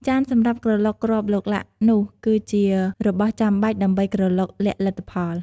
ចានសម្រាប់ក្រឡុកគ្រាប់ឡុកឡាក់នោះ គឺជារបស់ចាំបាច់ដើម្បីក្រឡុកលាក់លទ្ធផល។